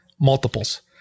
multiples